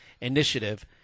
initiative